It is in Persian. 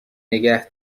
نگه